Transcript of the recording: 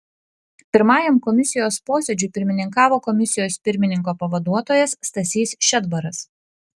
pirmajam komisijos posėdžiui pirmininkavo komisijos pirmininko pavaduotojas stasys šedbaras